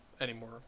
anymore